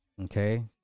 Okay